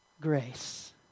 grace